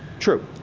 true.